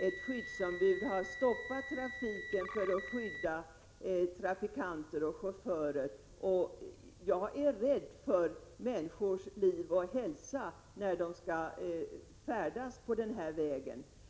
Ett skyddsombud har stoppat trafiken för att skydda trafikanter och chaufförer. Jag är rädd för att människors liv och hälsa äventyras när de skall färdas på den här vägen.